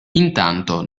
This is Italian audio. intanto